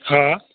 હા